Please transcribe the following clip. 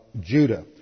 Judah